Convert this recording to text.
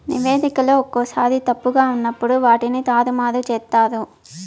నివేదికలో ఒక్కోసారి తప్పుగా ఉన్నప్పుడు వాటిని తారుమారు చేత్తారు